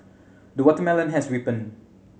the watermelon has ripened